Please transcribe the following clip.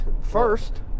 first